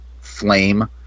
flame